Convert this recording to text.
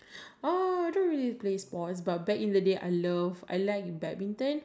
I think is nice that you can spend time maybe go cycling at East coast